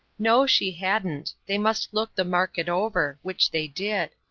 no, she hadn't. they must look the market over which they did.